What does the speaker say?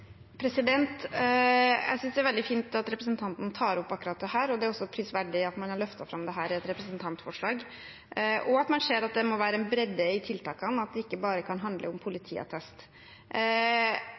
Jeg synes det er veldig fint at representanten tar opp akkurat dette. Det er også prisverdig at man har løftet fram dette i et representantforslag, og at man ser at det må være en bredde i tiltakene, at det ikke bare kan handle om